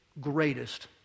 greatest